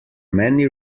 many